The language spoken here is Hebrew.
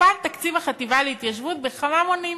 הוגדל תקציב החטיבה להתיישבות כמה מונים,